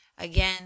Again